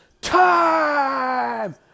time